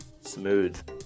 Smooth